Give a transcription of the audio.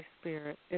Spirit